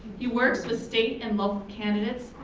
he works with state and local candidates,